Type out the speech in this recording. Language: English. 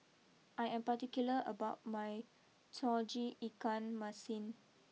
I am particular about my Tauge Ikan Masin